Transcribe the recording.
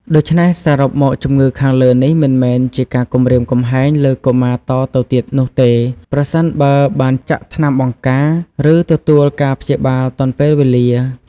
ដូច្នេះ សរុបមកជម្ងឺខាងលើនេះមិនមែនជាការគំរាមគំហែងលើកុមារតទៅទៀតនោះទេ ប្រសិនបើបានចាក់ថ្នាំបង្ការ ឬ ទទួលការព្យាបាលទាន់ពេលវេលា។